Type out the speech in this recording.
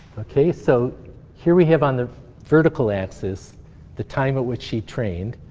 ok, so here we have on the vertical axis the time at which she trained.